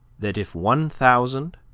that if one thousand,